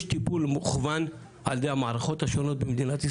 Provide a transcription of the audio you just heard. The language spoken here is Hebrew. יש טיפול מוכוון על ידי המערכות השונות במדינת ישראל?